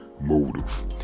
motive